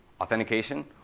authentication